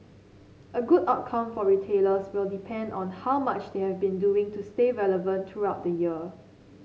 a good outcome for retailers will depend on how much they have been doing to stay relevant throughout the year